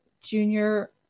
Junior